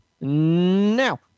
now